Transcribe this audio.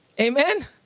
amen